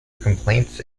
complaints